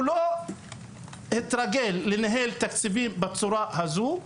הוא לא התרגל לנהל תקציבים בצורה הזו,